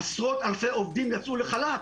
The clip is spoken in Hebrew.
עשרות אלפי עובדים יצאו לחל"ת.